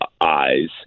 eyes